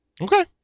Okay